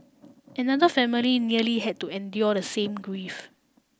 another family nearly had to endure the same grief